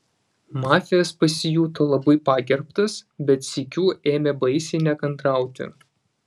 mafijas pasijuto labai pagerbtas bet sykiu ėmė baisiai nekantrauti